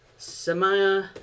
Samaya